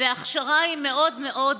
ההכשרה היא מאוד מאוד קצרה,